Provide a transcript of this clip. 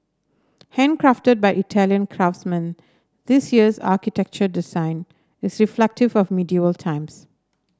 handcrafted by Italian craftsmen this year's architecture design is reflective of medieval times